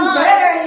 better